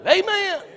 Amen